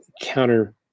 counter